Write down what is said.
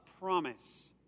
promise